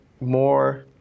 more